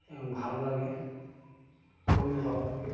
এবং ভালো লাগে খুবই ভালো লাগে